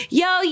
yo